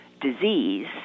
disease